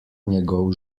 njegov